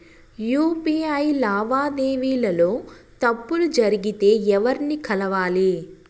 UPI లావాదేవీల లో తప్పులు జరిగితే ఎవర్ని కలవాలి?